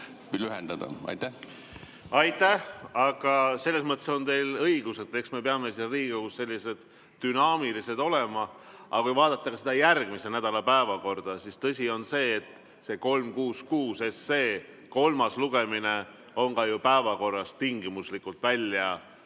Aitäh! Selles mõttes on teil õigus, et eks me peame siin Riigikogus dünaamilised olema. Aga kui vaadata järgmise nädala päevakorda, siis tõsi on see, et 366 kolmas lugemine on ka päevakorda tingimuslikult kirja